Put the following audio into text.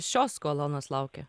šios kolonos laukia